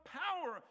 power